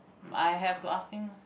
I have to ask him lah